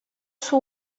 suo